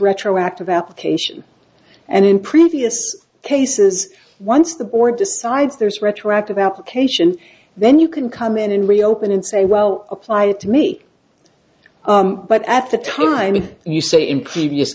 retroactive application and in previous cases once the board decides there's retroactive application then you can come in and reopen and say well applied to me but at the time you say in previous